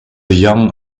young